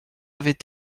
avait